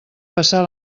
passar